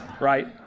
right